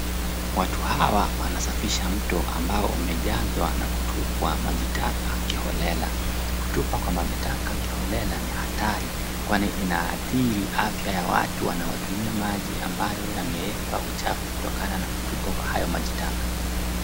Watu hawa wanasafisha mto ambao umejazwa na kutupwa maji taka kiholela. Kutupwa kwa maji taka kiholela ni hatari, kwani inaathiri afya ya watu wanaotumia maji ambayo yamewekwa uchafu kutokana na kutupwa kwa hayo maji taka.